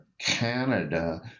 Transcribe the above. Canada